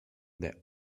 their